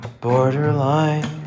borderline